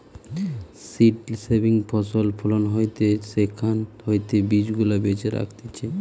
seed saving ফসল ফলন হয়টে সেখান হইতে বীজ গুলা বেছে রাখতিছে